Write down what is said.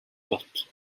болтол